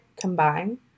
combine